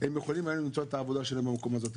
יכולים היום למצוא את העבודה שלהם במקום הזה.